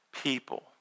people